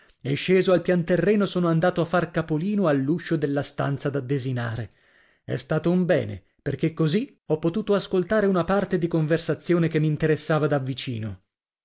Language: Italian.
e sceso al pianterreno sono andato a far capolino all'uscio della stanza da desinare è stato bene perché così ho potuto ascoltare una parte di conversazione che m'interessava da vicino